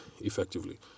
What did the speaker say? effectively